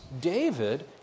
David